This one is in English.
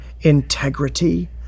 integrity